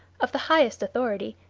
of the highest authority,